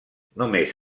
només